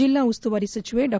ಜಿಲ್ಲಾ ಉಸ್ತುವಾರಿ ಸಚಿವೆ ಡಾ